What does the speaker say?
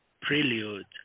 prelude